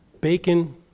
Bacon